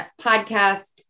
podcast